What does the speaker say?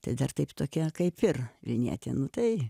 tai dar taip tokia kaip ir vilnietė nu tai